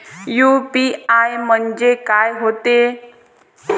UPI म्हणजे का होते?